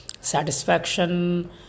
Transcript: satisfaction